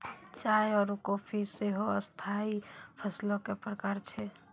चाय आरु काफी सेहो स्थाई फसलो के प्रकार छै